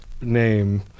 name